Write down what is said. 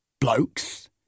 blokes